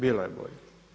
Bilo je bolje.